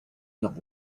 nord